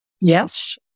Yes